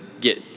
get